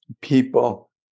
people